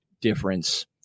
difference